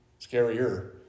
Scarier